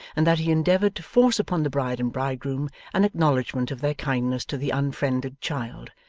and that he endeavoured to force upon the bride and bridegroom an acknowledgment of their kindness to the unfriended child,